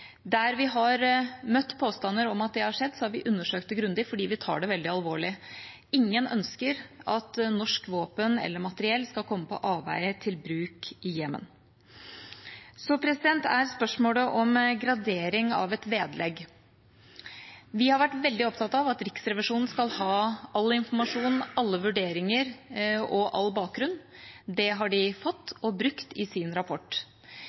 Der vi har møtt påstander om at det har skjedd, har vi undersøkt det grundig, fordi vi tar det veldig alvorlig. Ingen ønsker at norske våpen eller norsk materiell skal komme på avveie til bruk i Jemen. Så er det spørsmål om gradering av et vedlegg. Vi har vært veldig opptatt av at Riksrevisjonen skal ha all informasjon, alle vurderinger og all bakgrunn. Det har de fått og brukt i sin rapport.